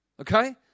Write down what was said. Okay